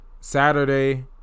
Saturday